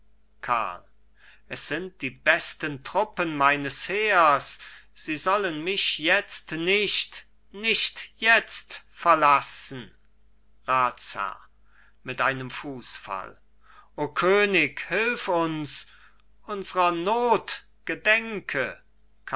es sind die besten truppen meines heers sie sollen mich jetzt nicht nicht jetzt verlassen ratsherr mit einem fußfall o könig hilf uns unsrer not gedenke